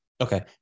Okay